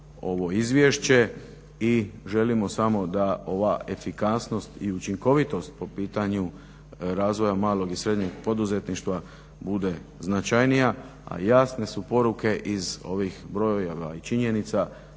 ovo izvješće i želimo samo da ova efikasnost i učinkovitost po pitanju razvoja malog i srednjeg poduzetništva bude značajnija a jasne su poruke iz ovih brojeva i činjenica